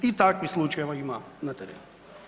I takvih slučajeva ima na terenu.